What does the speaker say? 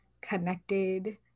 connected